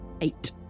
eight